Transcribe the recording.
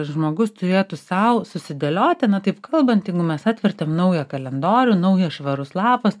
žmogus turėtų sau susidėlioti na taip kalbant jeigu mes atvertėm naują kalendorių naujas švarus lapas